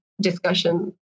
discussion